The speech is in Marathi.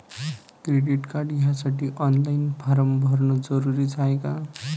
क्रेडिट कार्ड घ्यासाठी ऑनलाईन फारम भरन जरुरीच हाय का?